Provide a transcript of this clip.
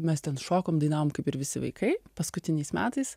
mes ten šokom dainavom kaip ir visi vaikai paskutiniais metais